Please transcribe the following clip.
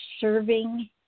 serving